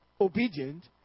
obedient